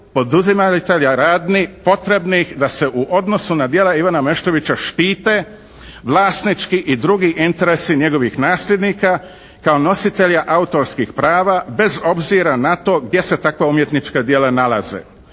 poduzimatelja radnji potrebnih da se u odnosu na djela Ivana Meštrovića štite vlasnički i drugi interesi njegovih nasljednika kao nositelja autorskih prava bez obzira na to gdje se takva umjetnička djela nalaze".